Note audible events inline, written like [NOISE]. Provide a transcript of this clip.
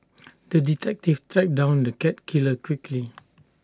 [NOISE] the detective tracked down the cat killer quickly